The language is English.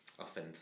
Often